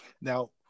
Now